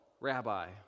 rabbi